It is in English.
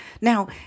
Now